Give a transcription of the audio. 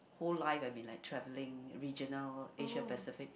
whole life I have been travelling regional Asia pacific